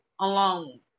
alone